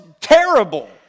terrible